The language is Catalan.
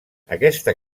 aquesta